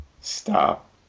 Stop